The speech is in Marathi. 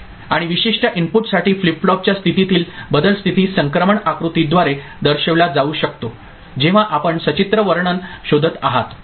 आणि विशिष्ट इनपुटसाठी फ्लिप फ्लॉपच्या स्थितीतील बदल स्थिती संक्रमण आकृतीद्वारे दर्शविला जाऊ शकतो जेव्हा आपण सचित्र वर्णन शोधत आहात